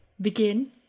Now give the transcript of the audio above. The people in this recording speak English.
begin